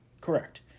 Correct